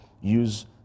use